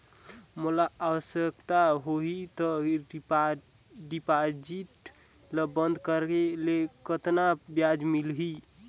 मोला आवश्यकता होही त डिपॉजिट ल बंद करे ले कतना ब्याज मिलही?